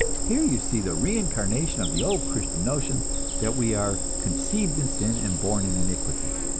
here you see the reincarnation of the old christian notion that we are conceived in sin and born in iniquity.